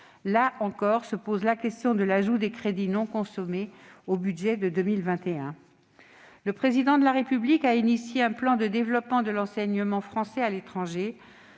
Là encore se pose la question du report des crédits non consommés au budget de 2021. Le Président de la République a lancé un plan de développement de l'enseignement français à l'étranger.